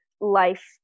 life